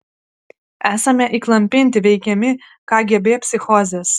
esame įklampinti veikiami kgb psichozės